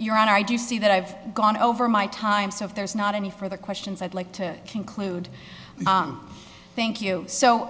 your honor i do see that i've gone over my time so if there's not any further questions i'd like to conclude thank you so